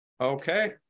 Okay